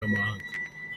n’amahanga